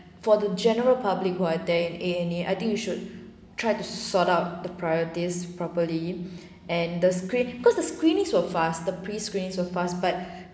for the general public who are there in a and e I think you should try to sort out the priorities properly and the screen because the screenings were fast the pre screens were fast but